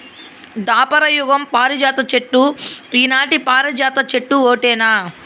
దాపర యుగం పారిజాత చెట్టు ఈనాటి పారిజాత చెట్టు ఓటేనా